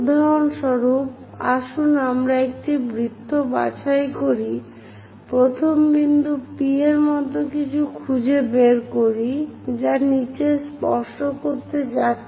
উদাহরণস্বরূপ আসুন আমরা একটি বৃত্ত বাছাই করি প্রথম বিন্দু P এর মতো কিছু খুঁজে বের করি যা নীচে স্পর্শ করতে যাচ্ছে